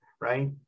right